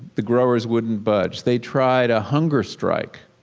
the growers wouldn't budge. they tried a hunger strike.